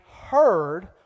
heard